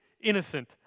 innocent